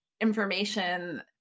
information